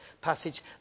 passage